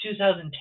2010